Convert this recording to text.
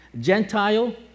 Gentile